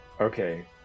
Okay